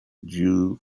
due